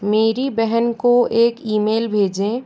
मेरी बहन को एक ईमेल भेजें